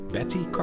Betty